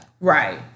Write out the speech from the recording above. Right